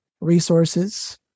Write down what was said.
resources